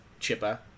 Chippa